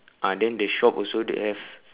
ah then the shop also they have